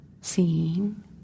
seeing